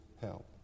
help